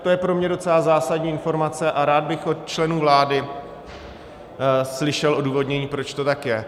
To je pro mě docela zásadní informace a rád bych od členů vlády slyšel odůvodnění, proč to tak je.